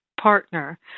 partner